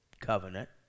covenant